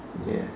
ya